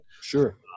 Sure